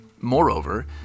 Moreover